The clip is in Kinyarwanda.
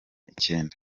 icyenda